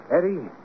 Eddie